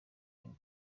bwo